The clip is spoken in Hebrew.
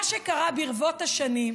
מה שקרה ברבות השנים,